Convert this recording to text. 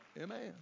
Amen